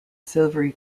silvery